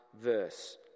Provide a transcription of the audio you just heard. verse